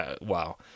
wow